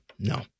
No